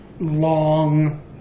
long